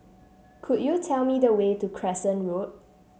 could you tell me the way to Crescent Road